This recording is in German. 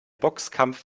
boxkampf